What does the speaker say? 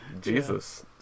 Jesus